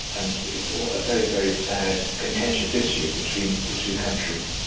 and it's a very, very sad, contentious issue between the two countries.